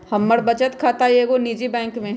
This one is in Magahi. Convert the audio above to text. हमर बचत खता एगो निजी बैंक में हइ